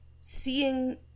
seeing